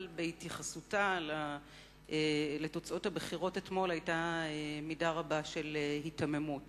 אבל בהתייחסותה לתוצאות הבחירות אתמול היתה מידה רבה של היתממות.